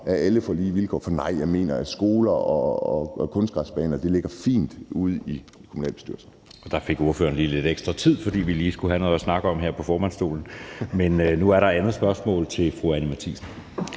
at alle får lige vilkår. Jeg mener, at skoler og kunstgræsplæner ligger fint ude i kommunalbestyrelserne. Kl. 11:33 Anden næstformand (Jeppe Søe): Der fik ordføreren lige lidt ekstra tid, fordi vi lige skulle have noget at snakke om her ved formandsstolen. Men nu er der det andet spørgsmål til fru Anni Matthiesen.